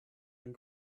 ein